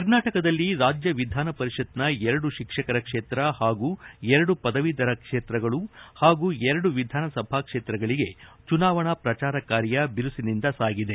ಕರ್ನಾಟಕದಲ್ಲಿ ರಾಜ್ಯ ವಿಧಾನಪರಿಷತ್ತಿನ ಎರಡು ಶಿಕ್ಷಕರ ಕ್ಷೇತ್ರ ಪಾಗೂ ಎರಡು ಪದವೀಧರ ಕ್ಷೇತ್ರಗಳಿಗೆ ಪಾಗೂ ಎರಡು ವಿಧಾನಸಭಾ ಕ್ಷೇತ್ರಗಳು ಚುನಾವಣಾ ಪ್ರಜಾರ ಕಾರ್ಯ ಬಿರುಸಿನಿಂದ ಸಾಗಿದೆ